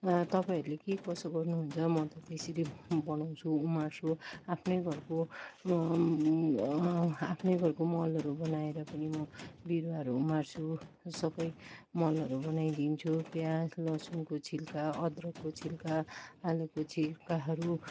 तपाईँहरूले के कसो गर्नुहुन्छ म त त्यसरी बनाउँछु उमार्छु आफ्नै घरको आफ्नै घरको मलहरू बनाएर पनि म बिरुवाहरू उमार्छु सबै मलहरू बनाइदिन्छु प्याज लसुनको छिल्का अदरकको छिल्का आलुको छिल्काहरू